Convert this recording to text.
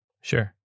Sure